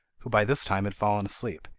who by this time had fallen asleep,